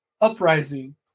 uprising